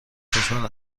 خوشحال